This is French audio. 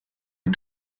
est